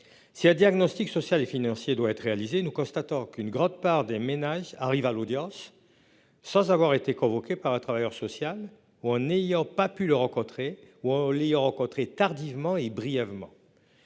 Si un diagnostic social et financier doit être réalisé, nous constatons qu'une grande part des ménages arrive à l'audience. Sans avoir été convoqué par un travailleur social ou en n'ayant pas pu le rencontrer ou lit rencontré tardivement et brièvement.